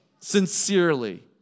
Sincerely